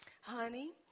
Honey